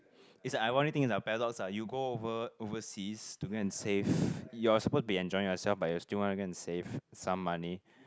it's like paradox ah you go over overseas to go and save you're supposed to be enjoying yourself but you still want to go and save some money